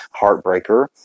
Heartbreaker